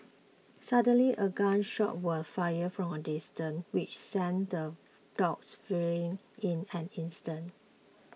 suddenly a gun shot was fired from a distance which sent the dogs fleeing in an instant